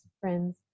friends